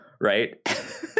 right